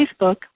Facebook